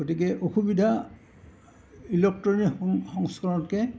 গতিকে অসুবিধা ইলেকট্ৰনিক সংস্কৰণতকৈ